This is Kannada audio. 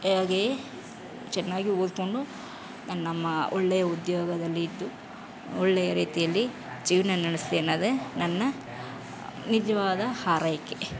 ಹಾಗೆಯೇ ಚೆನ್ನಾಗಿ ಓದಿಕೊಂಡು ನನ್ನಮ್ಮ ಒಳ್ಳೆಯ ಉದ್ಯೋಗದಲ್ಲಿದ್ದು ಒಳ್ಳೆಯ ರೀತಿಯಲ್ಲಿ ಜೀವನ ನಡೆಸಲಿ ಅನ್ನೋದೇ ನನ್ನ ನಿಜವಾದ ಹಾರೈಕೆ